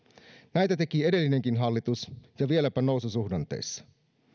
näitä teki edellinenkin hallitus ja vieläpä noususuhdanteissa